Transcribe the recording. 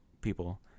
people